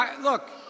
look